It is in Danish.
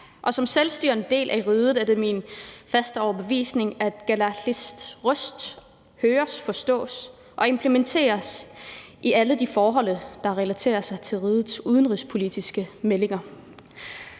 er en selvstyrende del af riget, er det min faste overbevisning, at kalaallits røst høres, forstås og implementeres i alle de forhold, der relaterer sig til rigets udenrigspolitiske meldinger.